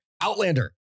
Outlander